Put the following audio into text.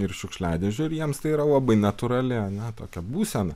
ir šiukšliadėžių ir jiems tai yra labai natūrali ar ne tokia būsena